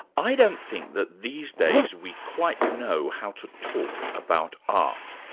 i don't think that these days we quite know how to talk about art.